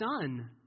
Son